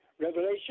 Revelation